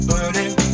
Burning